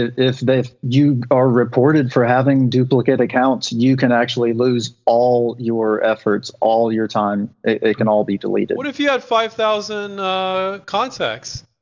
if if you are reported for having duplicate accounts, you can actually lose all your efforts, all your time, it can all be deleted. what if you had five thousand contacts?